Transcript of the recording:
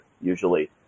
usually